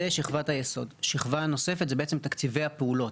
שכבה נוספת זה בעצם תקציבי הפעולות,